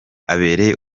abereye